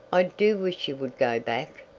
i do wish you would go back.